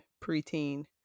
preteen